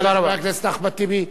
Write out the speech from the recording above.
חברת הכנסת אבסדזה,